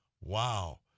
Wow